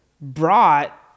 brought